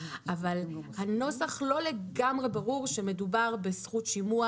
אבל מהנוסח לא לגמרי ברור שמדובר בזכות שימוע